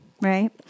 Right